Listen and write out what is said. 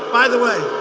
by the way,